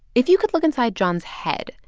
if you could look inside john's head,